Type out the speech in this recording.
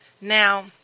Now